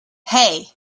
hey